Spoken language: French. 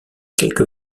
quelques